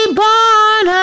born